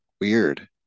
weird